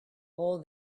all